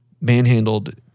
manhandled